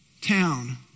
town